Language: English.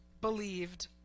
believed